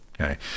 Okay